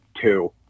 two